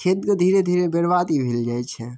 खेतो धीरे धीरे बर्बादे भेल जाइ छै